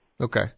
Okay